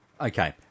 Okay